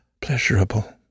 pleasurable